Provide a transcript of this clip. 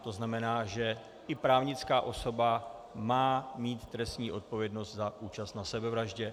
To znamená, že i právnická osoba má mít trestní odpovědnost za účast na sebevraždě.